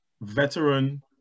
veteran